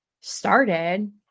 started